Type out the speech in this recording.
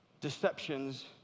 deceptions